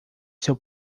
seu